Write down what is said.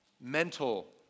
Mental